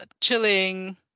chilling